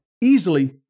easily